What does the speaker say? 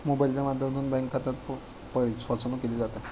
मोबाइलच्या माध्यमातून बँक खात्यात फसवणूकही केली जाते